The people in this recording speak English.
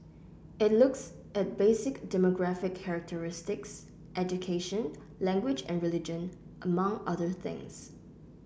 it looks at basic demographic characteristics education language and religion among other things